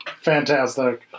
Fantastic